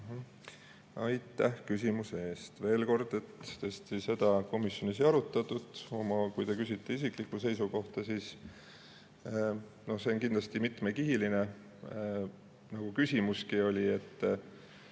Aitäh küsimuse eest! Veel kord, tõesti seda komisjonis ei arutatud. Kui te küsite isiklikku seisukohta, siis see on kindlasti mitmekihiline, nagu küsimuski oli.